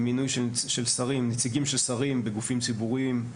מינוי של נציגים של שרים בגופים ציבוריים,